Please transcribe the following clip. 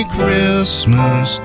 Christmas